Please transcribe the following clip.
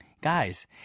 Guys